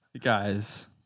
guys